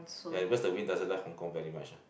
ya because the wind doesn't like Hong-Kong very much ah